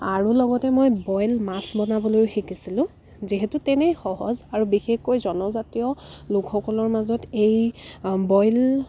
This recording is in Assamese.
আৰু লগতে মই বইল মাছ বনাবলৈও শিকিছিলোঁ যিহেতু তেনেই সহজ আৰু বিশেষকৈ জনজাতীয় লোকসকলৰ মাজত এই বইল